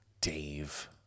Dave